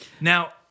Now